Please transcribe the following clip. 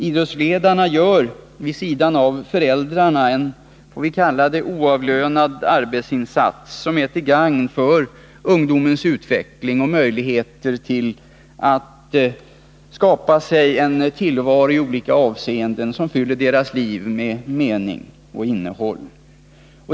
Idrottsledarna utför vid sidan av föräldrarna en oavlönad arbetsinsats som är till gagn för ungdomens utveckling och möjligheter att skapa en tillvaro som i olika avseenden fyller deras liv med mening och innehåll.